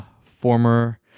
former